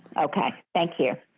okay thank you.